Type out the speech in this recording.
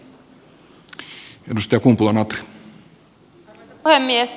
arvoisa puhemies